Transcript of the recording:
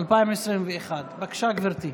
2021. בבקשה, גברתי.